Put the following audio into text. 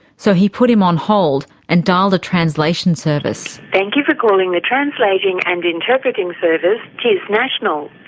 so he put him on hold and dialled a translation service. thank you for calling the translating and interpreting service, tis national.